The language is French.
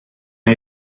n’a